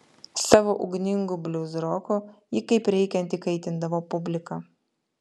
savo ugningu bliuzroku ji kaip reikiant įkaitindavo publiką